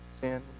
Sin